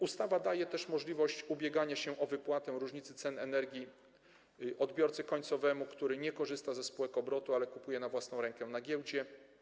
Ustawa daje też możliwość ubiegania się o wypłatę różnicy cen energii odbiorcy końcowemu, który nie korzysta z pośrednictwa spółek obrotu, ale kupuje na własną rękę na giełdzie.